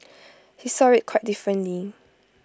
he saw IT quite differently